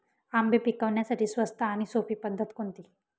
आंबे पिकवण्यासाठी स्वस्त आणि सोपी पद्धत कोणती?